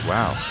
Wow